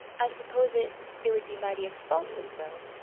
i s'pose it it would be mighty expulsive, though.